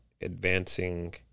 advancing